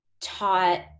taught